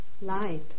light